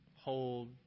Hold